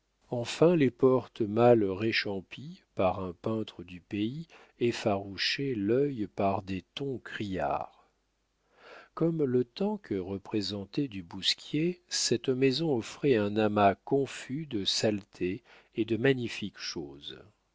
enfin les portes mal réchampies par un peintre du pays effarouchaient l'œil par des tons criards comme le temps que représentait du bousquier cette maison offrait un amas confus de saletés et de magnifiques choses